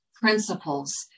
principles